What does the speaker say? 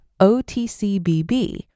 OTCBB